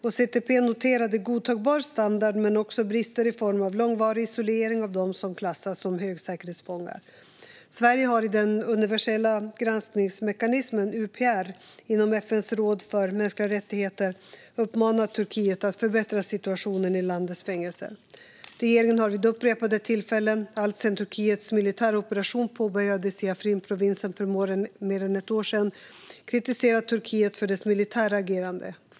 CPT noterade godtagbar standard men också brister i form av långvarig isolering av dem som klassas som högsäkerhetsfångar. Sverige har i den universella granskningsmekanismen, UPR, inom FN:s råd för mänskliga rättigheter uppmanat Turkiet att förbättra situationen i landets fängelser. Regeringen har vid upprepade tillfällen, alltsedan Turkiets militära operation påbörjades i Afrinprovinsen för mer än ett år sedan, kritiserat Turkiet för dess militära agerande.